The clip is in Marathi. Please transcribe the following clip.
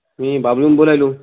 मी बाबलुन बोलायलो